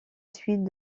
suite